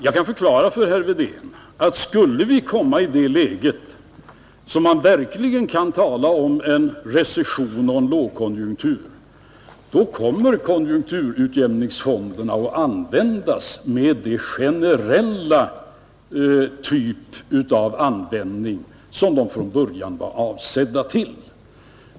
Jag kan förklara för herr Wedén, att skulle vi hamna i det läget att man verkligen kan tala om en recession och en lågkonjunktur, då kommer konjunkturutjämningsfonderna att användas i den generella form som de från början var avsedda till.